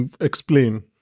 Explain